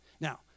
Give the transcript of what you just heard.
Now